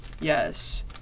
yes